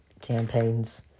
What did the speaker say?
campaigns